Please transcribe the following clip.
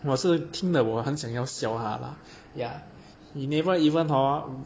我是听了我很想要笑他啦 yeah he never even hor